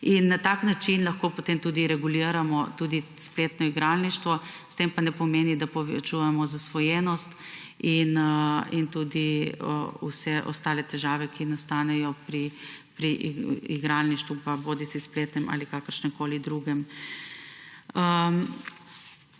Na tak način lahko potem reguliramo spletno igralništvo, to pa ne pomeni, da povečujemo zasvojenost in vse ostale težave, ki nastanejo pri igralništvu, bodisi spletnem bodisi kakršnemkoli drugem.